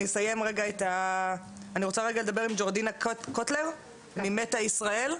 רוצה לדבר רגע עם ג'ורדנה קוטלר מ"מטא ישראל"